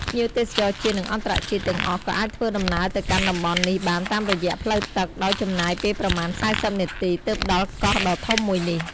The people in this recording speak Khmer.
ភ្ញៀវទេសចរជាតិ និងអន្តរជាតិទាំងអស់ក៏អាចធ្វើដំណើរទៅកាន់តំបន់នេះបានតាមរយៈផ្លូវទឹក ដោយចំណាយពេលប្រមាណ៤០នាទី ទើបដល់កោះដ៏ធំមួយនេះ។